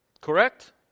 Correct